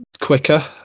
quicker